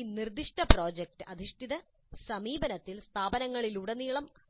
ഈ നിർദ്ദിഷ്ട പ്രോജക്റ്റ് അധിഷ്ഠിത സമീപനത്തിൽ സ്ഥാപനങ്ങളിലുടനീളമുള്ള